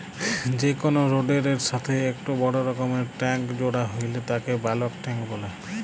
যে কোনো রোডের এর সাথেই একটো বড় রকমকার ট্যাংক জোড়া হইলে তাকে বালক ট্যাঁক বলে